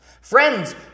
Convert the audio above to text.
Friends